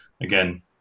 again